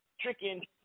tricking